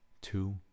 two